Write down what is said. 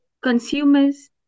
Consumers